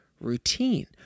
routine